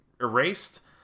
erased